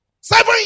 Seven